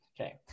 okay